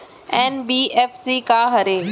NBFC का हरे?